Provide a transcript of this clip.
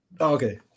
Okay